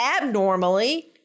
abnormally